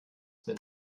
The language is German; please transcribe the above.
bin